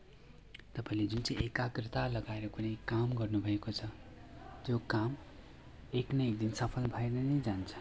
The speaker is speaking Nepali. तपाईँले जुन चाहिँ एकाग्रता लगाएर कुनै काम गर्नु भएको छ त्यो काम एक न एक दिन सफल भएर नै जान्छ